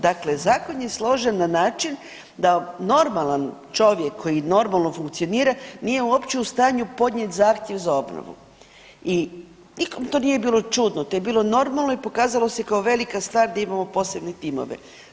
Dakle, zakon je složen na način da normalan čovjek koji normalno funkcionira nije uopće u stanju podnijeti zahtjev za obnovu i nikom to nije bilo čudno, to je bilo normalno i pokazalo se kao velika stvar gdje imamo posebne timove.